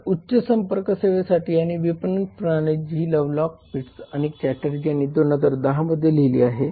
तर उच्च संपर्क सेवेसाठी सेवा विपणन प्रणाली जी लव्हलॉक विर्ट्झ आणि चॅटर्जी यांनी 2010 मध्ये दिली आहे